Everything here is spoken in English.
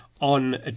on